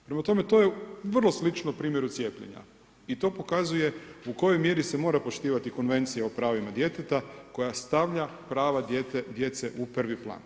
Prema tome, to je vrlo slično primjeru cijepljenja i to pokazuje u kojoj mjeri se mora poštivati Konvencija o pravima djeteta koja stavlja prava djece u prvi plan.